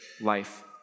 Life